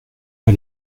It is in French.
pas